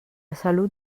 salut